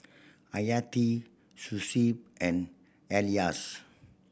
Hayati Shuib and Elyas